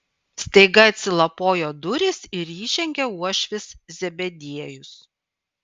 staiga atsilapojo durys ir įžengė uošvis zebediejus